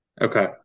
Okay